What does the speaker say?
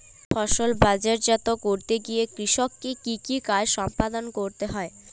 ফসল বাজারজাত করতে গিয়ে কৃষককে কি কি কাজ সম্পাদন করতে হয়?